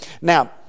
Now